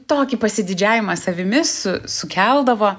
tokį pasididžiavimą savimi su sukeldavo